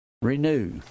renew